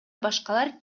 башкалар